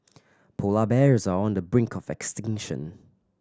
polar bears are on the brink of extinction